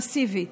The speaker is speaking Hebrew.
מסיבית,